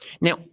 Now